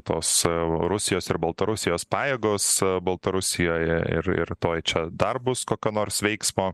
tos rusijos ir baltarusijos pajėgos baltarusijoje ir ir tuoj čia dar bus kokio nors veiksmo